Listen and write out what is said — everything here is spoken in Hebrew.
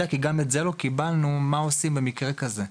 שגם אותו לא קיבלנו כדי לדעת מה עושים במקרה כזה.